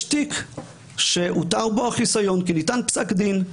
יש תיק שהותר בו החיסיון כי ניתן בו פסק דין,